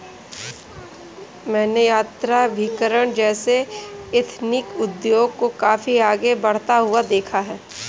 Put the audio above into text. मैंने यात्राभिकरण जैसे एथनिक उद्योग को काफी आगे बढ़ता हुआ देखा है